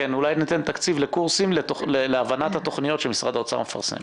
אולי ניתן תקציב לקורסים להבנת התוכניות שמשרד האוצר מפרסם.